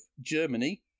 Germany